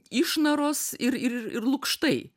išnaros ir ir ir lukštai